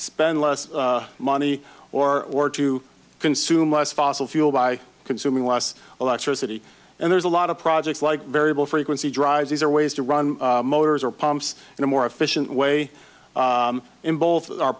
spend less money or or to consume less fossil fuel by consuming less electricity and there's a lot of projects like variable frequency drive these are ways to run motors or pumps in a more efficient way in both o